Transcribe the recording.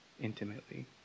intimately